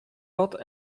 wat